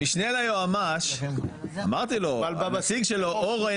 המשנה ליועמ"ש, הנציג שלו, אורן